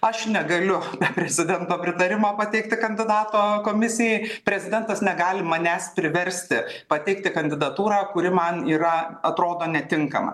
aš negaliu be prezidento pritarimo pateikti kandidato komisijai prezidentas negali manęs priversti pateikti kandidatūrą kuri man yra atrodo netinkama